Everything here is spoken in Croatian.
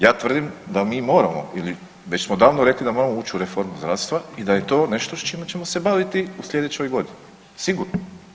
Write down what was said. Ja tvrdim da mi moramo ili već smo davno rekli da moramo ući u reformu zdravstva i da je to nešto s čime ćemo se baviti u sljedećoj godini, sigurno.